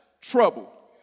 trouble